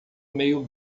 meio